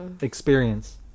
experience